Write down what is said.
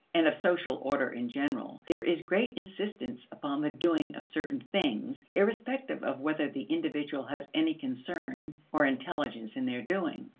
and of social order in general, there is great insistence upon the doing of certain things, irrespective of whether the individual has any concern or intelligence in their doing.